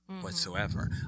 whatsoever